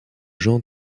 jean